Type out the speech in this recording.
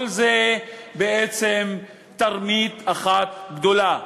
כל זה בעצם תרמית אחת גדולה.